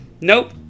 Nope